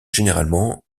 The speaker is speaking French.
généralement